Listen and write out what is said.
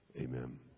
amen